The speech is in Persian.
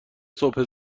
صبح